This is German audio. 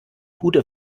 bude